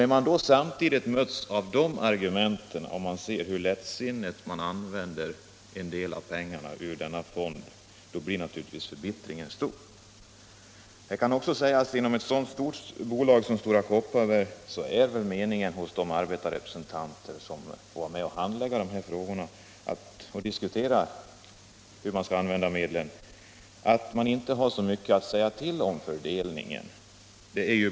När man då samtidigt ser hur lättsinnigt en del av pengarna ur denna fond används, blir förbittringen naturligtvis stor. Inom ett så stort bolag som Stora Kopparberg är meningen hos de arbetarrepresentanter som får vara med och handlägga dessa frågor och diskutera medlens användning att de inte har så mycket att säga till om beträffande fördelningen.